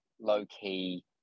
low-key